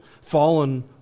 fallen